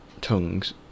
tongues